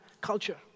culture